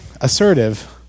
assertive